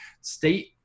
state